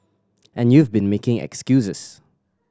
and you've been making excuses